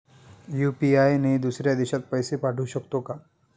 UPI ने दुसऱ्या देशात पैसे पाठवू शकतो का?